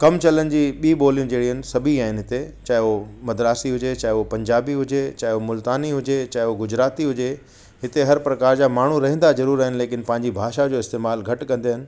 कम चलनि जी ॿी बोलियूं जहिड़ियूं आहिनि सभी आहिनि हिते चाहे उहे मदरासी हुजे चाहे उहे पंजाबी हुजे चाहे हो मुल्तानी हुजे चाहे उहे गुजराती हुजे हिते हर प्रकार जा माण्हू रहंदा ज़रूरु आहिनि लेकिन पंहिंजी भाषा जो इस्तेमालु घटि कंदा आहिनि